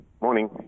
Morning